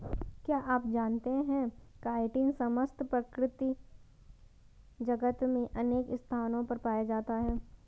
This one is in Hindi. क्या आप जानते है काइटिन समस्त प्रकृति जगत में अनेक स्थानों पर पाया जाता है?